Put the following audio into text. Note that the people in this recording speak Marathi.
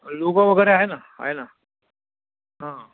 लोगो वगैरे आहे ना आहे ना